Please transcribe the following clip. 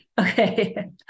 Okay